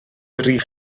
rif